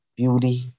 beauty